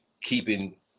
keeping